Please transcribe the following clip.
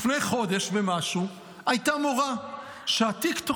לפני חודש ומשהו הייתה מורה שהטיק-טוק